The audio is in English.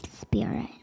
Spirit